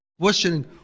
questioning